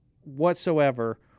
whatsoever